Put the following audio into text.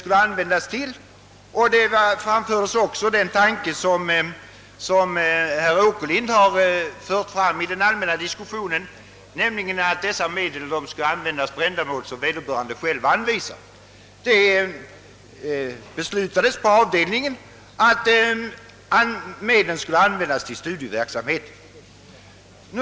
Sålunda diskuterades den tanke, som herr Åkerlind fört fram i den allmänna diskussionen, nämligen att avgifterna från dem som reserverat sig skulle användas för ändamål som vederbörande själv anvisade. Det beslöts också att medlen skulle användas till studieverksamheten.